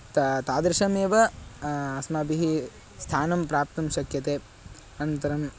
ता तादृशमेव अस्माभिः स्थानं प्राप्तुं शक्यते अनन्तरम्